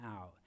out